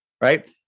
right